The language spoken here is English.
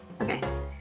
Okay